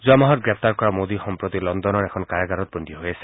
যোৱা মাহত গ্ৰেপ্তাৰ কৰা মোডী সম্প্ৰতি লণ্ডনৰ এখন কাৰাগাৰত বন্দী হৈ আছে